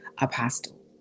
Apostle